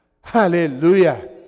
Hallelujah